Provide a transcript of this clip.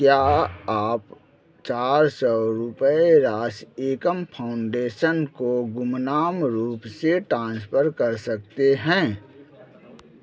क्या आप चार सौ रुपये राशि एकम फाउंडेशन को गुमनाम रूप से टांसफर कर सकते हैं